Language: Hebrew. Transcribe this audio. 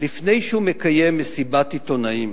לפני שהוא מקיים מסיבת עיתונאים